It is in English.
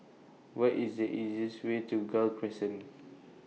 What IS The easiest Way to Gul Crescent